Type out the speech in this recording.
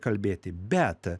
kalbėti bet